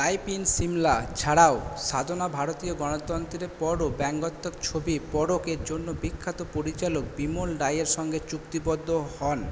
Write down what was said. life in Shimla ছাড়াও সাধনা ভারতীয় গণতন্ত্রের পরও ব্যঙ্গাত্মক ছবি পরখ এর জন্য বিখ্যাত পরিচালক বিমল রায়ের সঙ্গে চুক্তিবদ্ধ হন